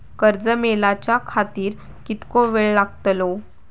कर्ज मेलाच्या खातिर कीतको वेळ लागतलो?